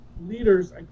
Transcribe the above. Leaders